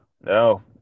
No